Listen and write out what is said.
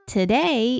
Today